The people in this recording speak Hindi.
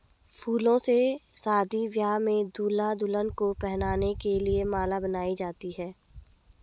फूलों से शादी ब्याह में दूल्हा दुल्हन को पहनाने के लिए माला बनाई जाती है